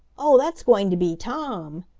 oh, that's going to be tom!